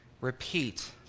repeat